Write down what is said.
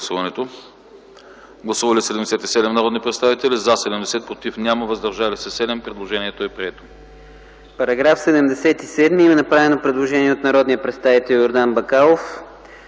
По § 72 има направено предложение от народния представител Йордан Бакалов